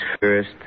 first